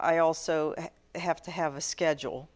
i also have to have a schedule